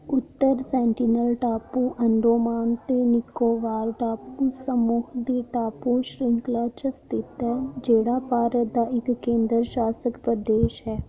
उत्तर Sentinel टापू अंडोमान ते निक्कोबार टापू समूह् दी टापू श्रृंखला च स्थित न जेह्ड़ा भारत दा इक केंदर शासत प्रदेश ऐ